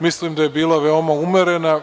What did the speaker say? Mislim da je bila veoma umerene.